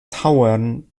tauern